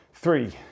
Three